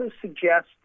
suggest